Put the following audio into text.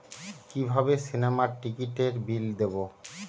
কিভাবে সিনেমার টিকিটের বিল দেবো?